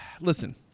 Listen